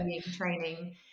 training